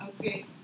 Okay